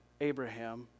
Abraham